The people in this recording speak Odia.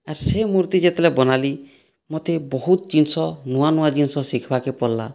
ଆର୍ ସେ ମୂର୍ତ୍ତି ଯେତେବେଳେ ବନାଲି ମୋତେ ବହୁତ୍ ଜିନିଷ ନୁଆଁ ନୁଆଁ ଜିନିଷ ଶିଖ୍ବାକେ ପଡ଼୍ଲା